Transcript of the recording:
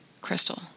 Crystal